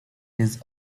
his